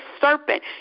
serpent